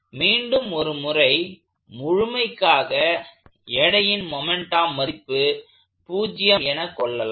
மீண்டும் ஒருமுறை முழுமைக்காக எடையின் மொமெண்ட் ஆர்ம் மதிப்பு 0 எனக் கொள்ளலாம்